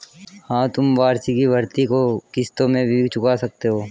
हाँ, तुम वार्षिकी भृति को किश्तों में भी चुका सकते हो